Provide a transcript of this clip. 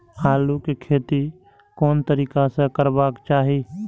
आलु के खेती कोन तरीका से करबाक चाही?